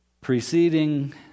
preceding